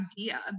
idea